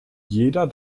jeder